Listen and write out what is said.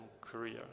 career